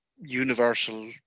universal